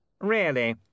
Really